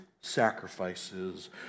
sacrifices